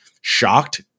shocked